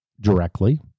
directly